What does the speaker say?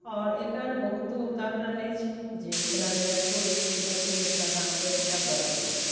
आओर एकर बहुतो उदाहरण अछि जे जेना जनकपुर अछि जनकपुर मिथिला धामके एकटा गौरव अछि